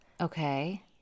Okay